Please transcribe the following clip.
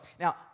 Now